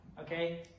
Okay